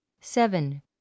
seven